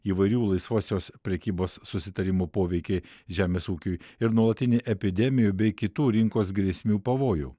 įvairių laisvosios prekybos susitarimų poveikį žemės ūkiui ir nuolatinį epidemijų bei kitų rinkos grėsmių pavojų